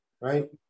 right